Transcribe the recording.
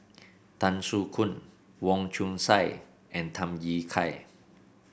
Tan Soo Khoon Wong Chong Sai and Tham Yui Kai